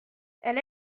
elle